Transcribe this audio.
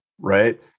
Right